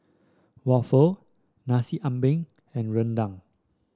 waffle Nasi Ambeng and rendang